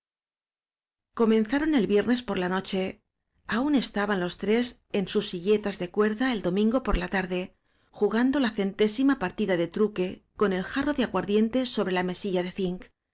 comenzaron el viernes por la noche y aún estaban los tres en sus silletas de cuerda el domingo por la tarde jugando la centésima partida de truque con el jarro de aguardiente sobre la mesilla de zinc